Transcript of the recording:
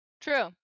True